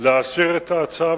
להסיר את ההצעה,